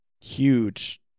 huge